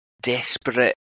desperate